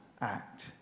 act